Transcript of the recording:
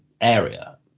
area